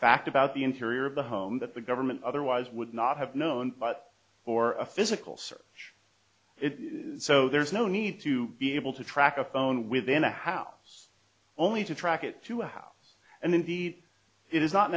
fact about the interior of the home that the government otherwise would not have known but for a physical search it so there's no need to be able to track a phone within a house only to track it to a house and indeed it is not